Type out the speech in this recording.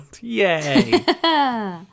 yay